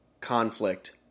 conflict